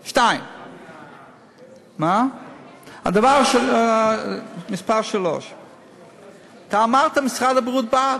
3. אתה אמרת: משרד הבריאות בעד.